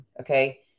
Okay